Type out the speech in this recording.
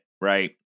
Right